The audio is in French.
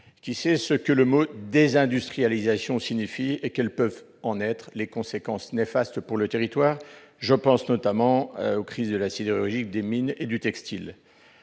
-qui sait ce que le mot « désindustrialisation » signifie et combien néfastes peuvent en être les conséquences sur le territoire ; je pense notamment aux crises de la sidérurgie, des mines et du textile.